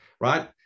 right